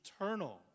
eternal